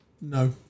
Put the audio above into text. No